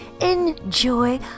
Enjoy